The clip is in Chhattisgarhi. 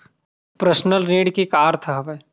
पर्सनल ऋण के का अर्थ हवय?